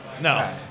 no